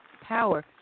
power